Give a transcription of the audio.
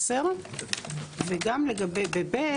10. וב-ב,